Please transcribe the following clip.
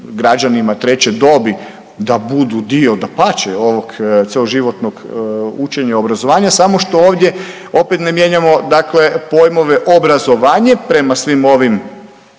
građanima treće dobi da budu dio. Dapače, ovog cjeloživotnog učenja, obrazovanja samo što ovdje opet ne mijenjamo dakle pojmove obrazovanje prema svim ovim